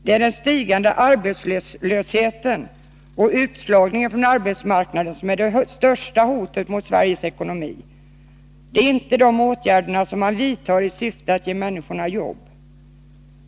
Det är den stigande arbetslösheten och utslagningen från arbetsmarknaden som är det största hotet mot Sveriges ekonomi — inte de åtgärder som man vidtar i syfte att ge människor jobb!